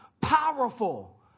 Powerful